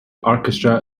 orchestra